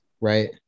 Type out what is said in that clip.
right